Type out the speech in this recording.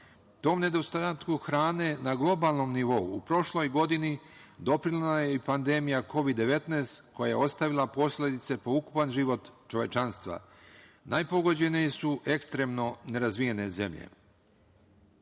Tom nedostatku hrane na globalnom nivou u prošloj godini doprinela je i pandemija Kovid 19, koja je ostavila posledice po ukupan život čovečanstva. Najpogođenije su ekstremno nerazvijene zemlje. Zato